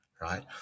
right